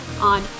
on